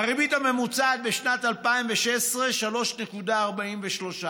הריבית הממוצעת בשנת 2016, 3.43%,